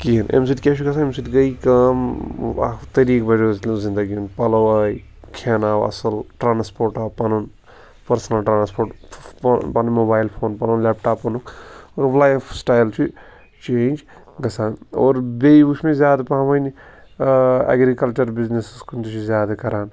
کِہیٖنٛۍ اَمہِ سٍتۍ کیٛاہ چھُ گَژھان اَمہِ سٍتۍ گٔیہِ کٲم اَکھ طریٖقہٕ بٔڈیوس زِنٛدگی ہُنٛد پَلو آیہِ کھٮ۪ن آو اَصٕل ٹرٛانسپورٹ آو پَنُن پٔرسنل ٹرٛانسپورٹ پَنُن پَنُن موبایل پَنُن لیپ ٹاپ اوٚنُکھ اور لایف سِٹایل چھُ چینج گَژھان اور بیٚیہِ وُچھ مےٚ زیادٕ پَہم وۅنۍ ایگریکَلچر بِزنِسَس کُن تہِ چھِ زیادٕ کران